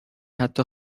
حتی